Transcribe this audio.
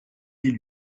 élu